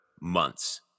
months